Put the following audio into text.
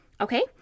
Okay